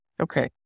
Okay